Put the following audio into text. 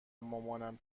مامانم